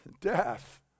Death